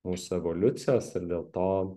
mūsų evoliucijos ir dėl to